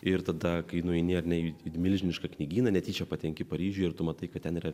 ir tada kai nueini ar ne į milžinišką knygyną netyčia patenki paryžiuje ir tu matai kad ten yra